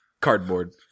cardboard